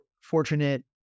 fortunate